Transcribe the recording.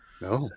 No